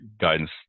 guidance